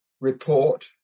report